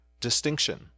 distinction